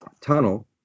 Tunnel